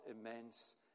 immense